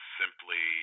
simply